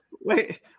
wait